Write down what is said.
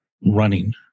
running